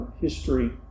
history